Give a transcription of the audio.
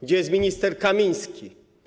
Gdzie jest minister Kamiński?